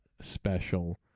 special